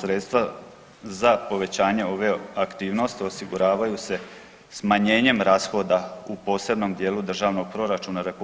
Sredstva za povećanje ove aktivnosti osiguravaju se smanjenjem rashoda u posebnom dijelu državnog proračuna RH